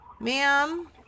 Ma'am